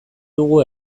dugu